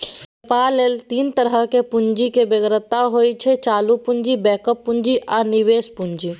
बेपार लेल तीन तरहक पुंजीक बेगरता होइ छै चालु पुंजी, बैकअप पुंजी आ निबेश पुंजी